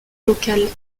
locale